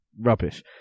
rubbish